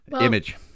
image